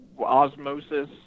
osmosis